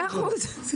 מאה אחוז.